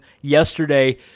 yesterday